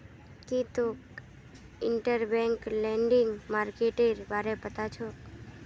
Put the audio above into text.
की तोक interbank lending मार्केटेर बारे पता छोक